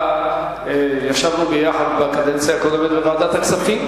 ישבנו ביחד בקדנציה הקודמת בוועדת הכספים,